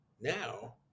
now